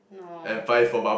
no